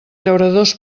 llauradors